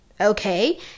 Okay